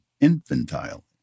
infantile